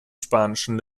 spanischen